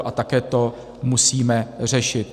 A také to musíme řešit.